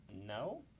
No